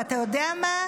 ואתה יודע מה?